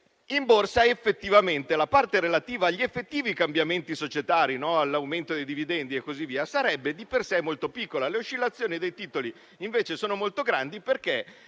In borsa, effettivamente, la parte relativa agli effettivi cambiamenti societari, all'aumento dei dividendi e così via, sarebbe di per sé molto piccola. Le oscillazioni dei titoli invece sono molto grandi, perché